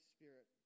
Spirit